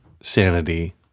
sanity